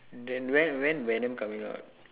then when when venom coming out